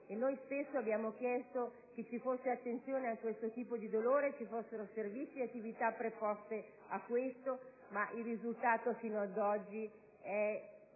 e spesso abbiamo chiesto che ci fosse attenzione a questo tipo di dolore, che ci fossero servizi e attività preposte a ciò, ma il risultato è stato fino ad oggi